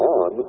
on